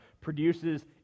produces